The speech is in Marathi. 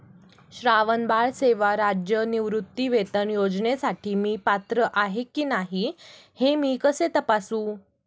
श्रावणबाळ सेवा राज्य निवृत्तीवेतन योजनेसाठी मी पात्र आहे की नाही हे मी कसे तपासू?